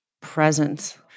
presence